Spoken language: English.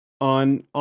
on